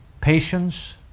patience